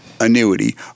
Annuity